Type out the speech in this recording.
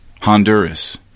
Honduras